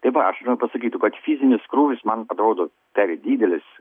tai va aš noriu pasakytų kad fizinis krūvis man atrodo per didelis